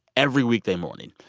every weekday morning.